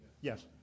Yes